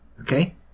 okay